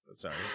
Sorry